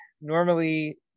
normally